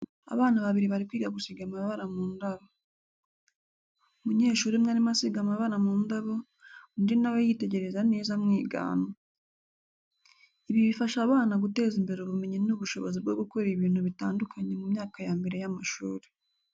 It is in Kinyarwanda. Abana babiri bari kwiga gusiga amabara mu ndabo. Umunyeshuri umwe arimo asiga amabara mu ndabo, undi na we yitegereza neza amwigana. Ibi bifasha abana guteza imbere ubumenyi n'ubushobozi bwo gukora ibintu bitandukanye mu myaka ya mbere y'amashuri.